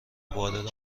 وارد